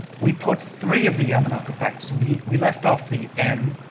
we put three of the yamanaka factors. we we left off the m,